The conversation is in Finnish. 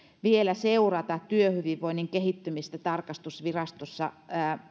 vielä seurata työhyvinvoinnin kehittymistä tarkastusvirastossa